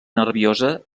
nerviosa